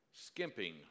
Skimping